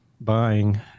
buying